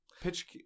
Pitch